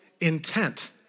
intent